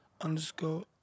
underscore